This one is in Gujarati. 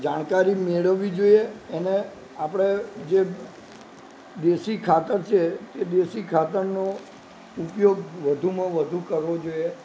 જાણકારી મેળવવી જોઈએ અને આપણે જે દેશી ખાતર છે કે દેશી ખાતરનો ઉપયોગ વધુમાં વધુ કરવો જોઈએ